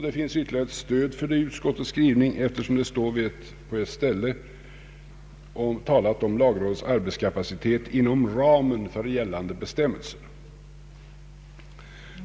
Det finns ytterligare ett stöd för det antagandet, eftersom det på ett ställe i utskottets skrivning står talat om lagrådets arbetskapacitet ”inom ramen för gällande bestämmelser”.